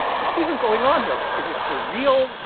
what's even going on here? like, is it for real?